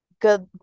good